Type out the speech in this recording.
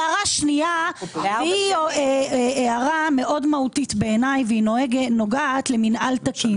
הערה שנייה היא הערה מאוד מהותית בעיניי והיא נוגעת למינהל תקין.